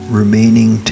remaining